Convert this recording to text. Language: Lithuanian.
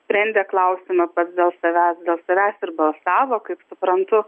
sprendė klausimą pats dėl savęs dėl savęs ir balsavo kaip suprantu